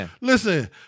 Listen